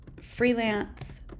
freelance